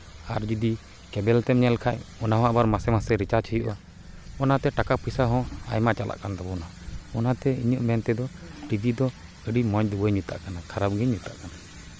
ᱟᱨ ᱡᱚᱫᱤ ᱠᱮᱵᱮᱞ ᱛᱮᱢ ᱧᱮᱞ ᱠᱷᱟᱱ ᱚᱱᱟᱦᱚᱸ ᱟᱵᱟᱨ ᱢᱟᱥᱮ ᱢᱟᱥᱮ ᱨᱤᱪᱟᱨᱡᱽ ᱦᱩᱭᱩᱜᱼᱟ ᱚᱱᱟᱛᱮ ᱴᱟᱠᱟ ᱯᱚᱭᱥᱟ ᱦᱚᱸ ᱟᱭᱢᱟ ᱪᱟᱞᱟᱜ ᱠᱟᱱ ᱛᱟᱵᱚᱱᱟ ᱚᱱᱟᱛᱮ ᱤᱧᱟᱹᱜ ᱢᱮᱱ ᱛᱮᱫᱚ ᱴᱤᱵᱷᱤ ᱫᱚ ᱟᱹᱰᱤ ᱢᱚᱡᱽ ᱫᱚ ᱵᱟᱹᱧ ᱢᱮᱛᱟᱜ ᱠᱟᱱᱟ ᱠᱷᱟᱨᱟᱯ ᱜᱤᱧ ᱢᱮᱛᱟᱜ ᱠᱟᱱᱟ